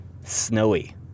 snowy